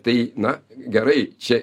tai na gerai čia